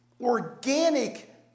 organic